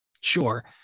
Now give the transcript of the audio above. Sure